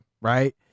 right